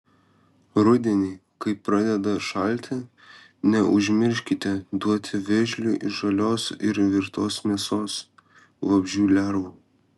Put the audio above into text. rudenį kai pradeda šalti neužmirškite duoti vėžliui žalios ir virtos mėsos vabzdžių lervų